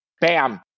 Bam